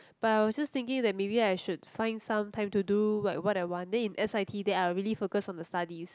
but I was just thinking that maybe I should find some time to do what what I want then in s_i_t then I'll really focus on the studies